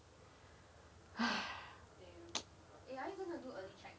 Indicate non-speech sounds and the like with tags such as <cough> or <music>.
<breath>